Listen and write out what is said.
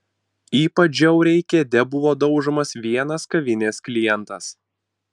ypač žiauriai kėde buvo daužomas vienas kavinės klientas